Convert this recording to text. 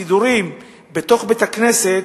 סידורים בתוך בית-הכנסת,